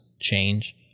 change